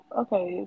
okay